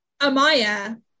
Amaya